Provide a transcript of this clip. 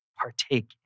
partake